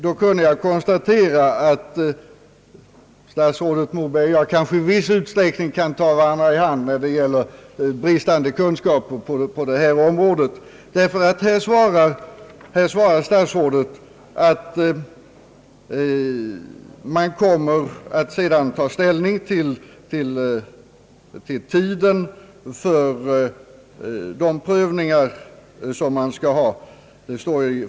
Då kunde jag konstatera, att statsrådet Moberg och jag kanske i viss utsträckning kan ta varandra i hand när det gäller bristande kunskaper på detta område. Statsrådet svarar nämligen, att man senare kommer att ta ställning till tidpunkten för de prövningar som skall äga rum.